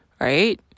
right